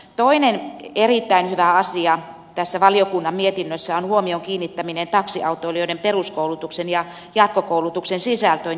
toinen erittäin hyvä asia tässä valiokunnan mietinnössä on huomion kiinnittäminen taksiautoilijoiden peruskoulutuksen ja jatkokoulutuksen sisältöön ja laatuun